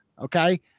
Okay